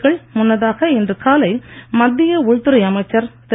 க்கள் முன்னதாக இன்று காலை மத்திய உள்துறை அமைச்சர் திரு